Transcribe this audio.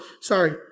sorry